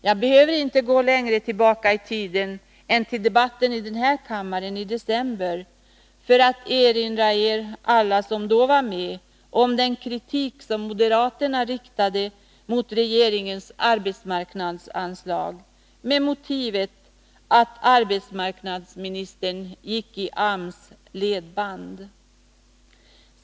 Jag behöver inte gå längre tillbaka än till debatten i den här kammaren i december för att erinra ledamöterna om den kritik som moderaterna riktade mot regeringens arbetsmarknadsanslag med motivet att arbetsmarknadsministern gick i AMS ledband.